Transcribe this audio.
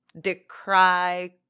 decry